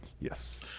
Yes